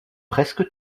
presque